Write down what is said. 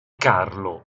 carlo